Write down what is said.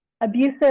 Abusive